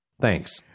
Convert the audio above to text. Thanks